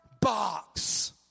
box